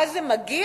מה זה "מגיע"?